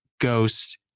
ghost